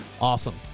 Awesome